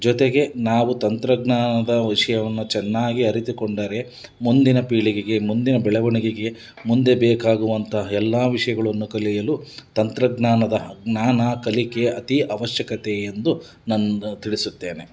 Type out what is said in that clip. ಜೊತೆಗೆ ನಾವು ತಂತ್ರಜ್ಞಾನದ ವಿಷಯವನ್ನು ಚೆನ್ನಾಗಿ ಅರಿತುಕೊಂಡರೆ ಮುಂದಿನ ಪೀಳಿಗೆಗೆ ಮುಂದಿನ ಬೆಳವಣಿಗೆಗೆ ಮುಂದೆ ಬೇಕಾಗುವಂಥ ಎಲ್ಲ ವಿಷಯಗಳನ್ನು ಕಲಿಯಲು ತಂತ್ರಜ್ಞಾನದ ಜ್ಞಾನ ಕಲಿಕೆ ಅತೀ ಅವಶ್ಯಕತೆ ಎಂದು ನಾನ್ ತಿಳಿಸುತ್ತೇನೆ